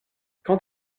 quand